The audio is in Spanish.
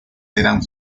serán